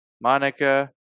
Monica